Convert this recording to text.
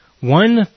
One